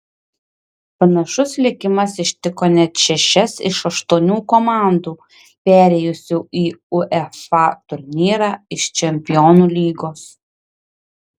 panašus likimas ištiko net šešias iš aštuonių komandų perėjusių į uefa turnyrą iš čempionų lygos